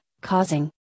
causing